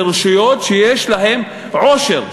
זה רשויות שיש להן עושר,